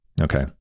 Okay